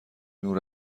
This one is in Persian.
نور